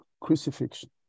crucifixion